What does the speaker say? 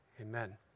Amen